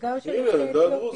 מגן דוד אדום,